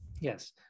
Yes